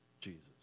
Jesus